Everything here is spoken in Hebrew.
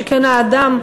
שכן האדם,